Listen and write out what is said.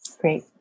Great